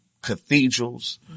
cathedrals